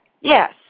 Yes